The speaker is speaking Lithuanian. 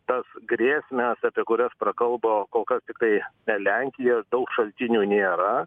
tas grėsmes apie kurias prakalbo kol kas tiktai lenkija daug šaltinių nėra